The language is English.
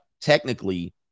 technically